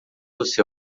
você